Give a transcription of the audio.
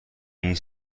این